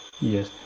Yes